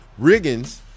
Riggins